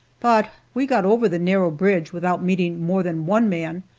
but we got over the narrow bridge without meeting more than one man,